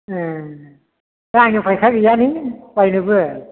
एह दा आंनियाव फैसा गैयानो बायनोबो